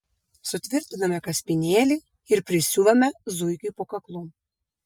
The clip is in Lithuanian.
sutvirtiname kaspinėlį ir prisiuvame zuikiui po kaklu